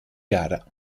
gara